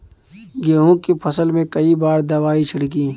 गेहूँ के फसल मे कई बार दवाई छिड़की?